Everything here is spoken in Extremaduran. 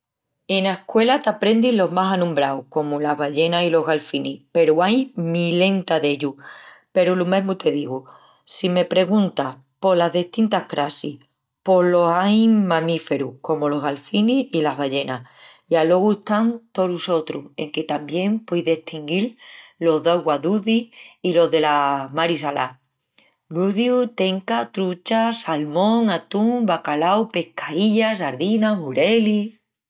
Ena escuela t'aprendin los más anombraus comu las ballenas i los galfinis peru ain milenta d'ellus. Peru lo mesmu te digu. Si me perguntas polas destintas crassis pos los ain mamíferus comu los galfinis i las ballenas i alogu están tolos sotrus enque tamién pueis destinguil los d'augua duci i los dela mari salá. Luciu, tenca, trucha, salmón, atún, bacalau, pescaílla, sardinas, xurelis,...